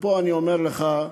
ופה אני אומר לך,